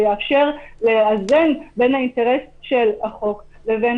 זה יאפשר לאזן בין האינטרס של החוק לבין